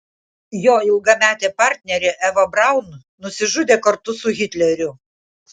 jo ilgametė partnerė eva braun nusižudė kartu su hitleriu